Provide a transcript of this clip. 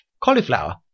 cauliflower